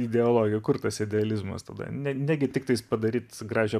ideologija kur tas idealizmas tada ne ne gi tiktai padaryt gražią